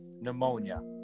pneumonia